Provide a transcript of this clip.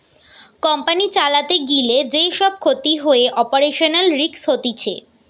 company চালাতে গিলে যে সব ক্ষতি হয়ে অপারেশনাল রিস্ক হতিছে